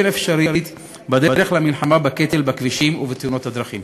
אפשרית במלחמה בקטל בכבישים ובתאונות הדרכים.